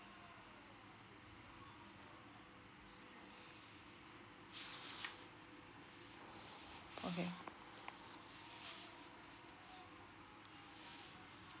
okay